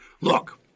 look